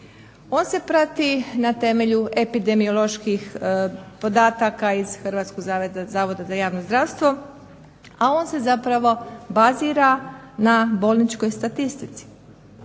On se prati na temelju epidemioloških podataka iz Hrvatskog zavoda za javno zdravstvo, a on se zapravo bazira na bolničkoj statistici.